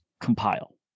compile